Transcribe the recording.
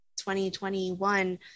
2021